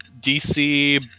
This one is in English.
DC